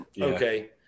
Okay